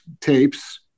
tapes